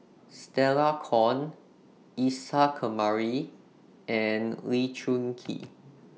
Stella Kon Isa Kamari and Lee Choon Kee